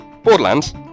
Borderlands